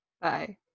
Bye